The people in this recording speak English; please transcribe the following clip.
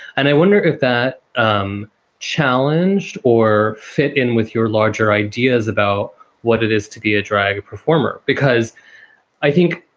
and i wonder if that um challenged or fit in with your larger ideas about what it is to be a drag performer. because i think.